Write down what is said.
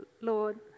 Lord